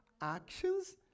actions